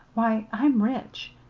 why, i'm rich!